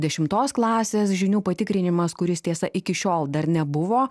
dešimtos klasės žinių patikrinimas kuris tiesa iki šiol dar nebuvo